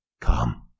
Come